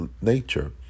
nature